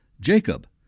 Jacob